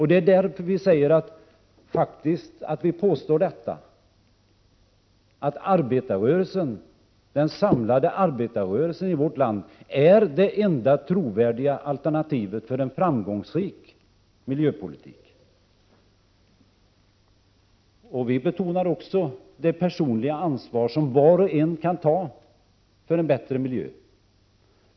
Det är därför vi faktiskt påstår att den samlade arbetarrörelsen i vårt land är det enda trovärdiga alternativet när det gäller att föra en framgångsrik miljöpolitik. Vi betonar också det personliga ansvar som var och en kan ta för en bättre miljö.